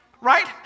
Right